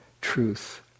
truth